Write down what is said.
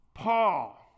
Paul